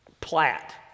Platt